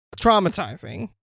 Traumatizing